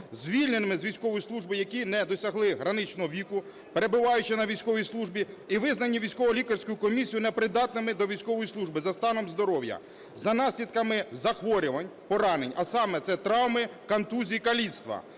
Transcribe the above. звільненим з військової служби, які не досягли граничного віку перебуваючи на військовій службі і визнані військово-лікарською комісією непридатними до військової служби за станом здоров'я, за наслідками захворювань, поранень. А саме, це: травми, контузії, каліцтва